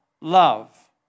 love